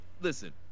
listen